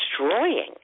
destroying